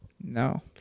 No